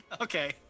Okay